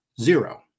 zero